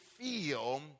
feel